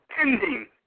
ending